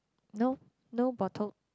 no no bottle